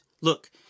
Look